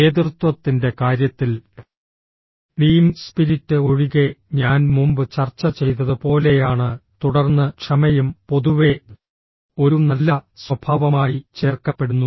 നേതൃത്വത്തിന്റെ കാര്യത്തിൽ team spirit ഒഴികെ ഞാൻ മുമ്പ് ചർച്ച ചെയ്തത് പോലെയാണ് തുടർന്ന് ക്ഷമയും പൊതുവെ ഒരു നല്ല സ്വഭാവമായി ചേർക്കപ്പെടുന്നു